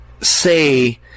say